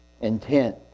intent